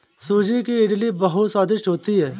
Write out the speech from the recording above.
सूजी की इडली बहुत स्वादिष्ट होती है